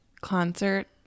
concert